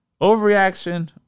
Overreaction